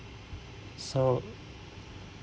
so